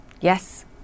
Yes